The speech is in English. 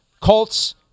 Colts